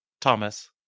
Thomas